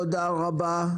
תודה רבה.